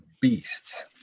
beasts